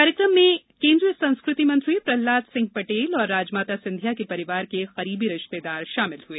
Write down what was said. कार्यक्रम में केंद्रीय संस्कृति मंत्री प्रहलाद सिंह पटेल और राजमाता सिंधिया के परिवार के करीबी रिश्तेदार शामिल हुए